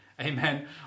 amen